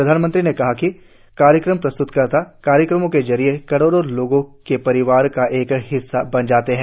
प्रधानमंत्री ने कहा कि कार्यक्रम प्रस्त्तकर्ता कार्यक्रमों के जरिए करोडों लोगों के परिवार का एक हिस्सा बन जाते हैं